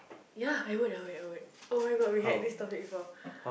ya I would I would I would oh-my-god we had this topic before